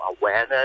awareness